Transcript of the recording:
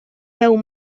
veu